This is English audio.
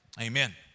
Amen